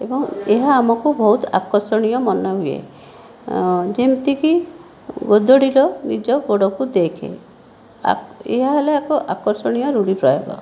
ଏବଂ ଏହା ଆମକୁ ବହୁତ ଆକର୍ଷଣୀୟ ମନେ ହୁଏ ଯେମିତିକି ଗୋଦରି ଲୋ ନିଜ ଗୋଡ଼କୁ ଦେଖେ ଏହା ହେଲା ଏକ ଆକର୍ଷଣୀୟ ରୂଢ଼ି ପ୍ରୟୋଗ